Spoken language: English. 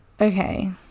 Okay